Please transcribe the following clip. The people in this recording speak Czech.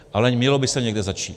Ale mělo by se někde začít.